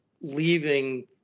leaving